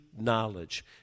knowledge